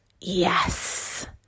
yes